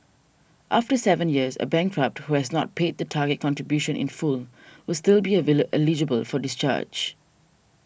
after seven years a bankrupt who has not paid the target contribution in full will still be eligible for discharge